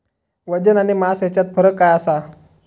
वजन आणि मास हेच्यात फरक काय आसा?